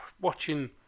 watching